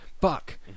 fuck